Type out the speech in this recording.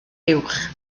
uwch